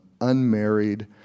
unmarried